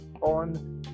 on